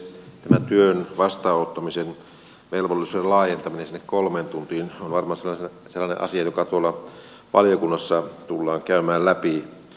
tämä työn vastaanottamisen velvollisuuden laajentaminen sinne kolmen tunnin etäisyyteen on varmaan sellainen asia joka tuolla valiokunnassa tullaan käymään läpi